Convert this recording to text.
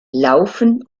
laufen